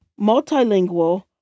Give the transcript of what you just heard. multilingual